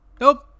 nope